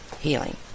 healing